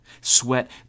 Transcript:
Sweat